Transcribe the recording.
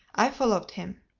i followed him.